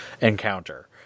encounter